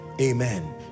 Amen